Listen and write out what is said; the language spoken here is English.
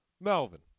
Melvin